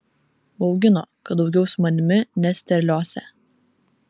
baugino kad daugiau su manimi nesiterliosią